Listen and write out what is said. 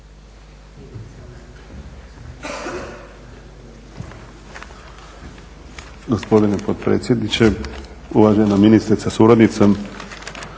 Gospodine potpredsjedniče, uvažana ministrice sa suradnicom.